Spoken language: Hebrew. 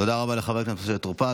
תודה רבה לחבר הכנסת משה טור פז.